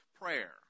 prayer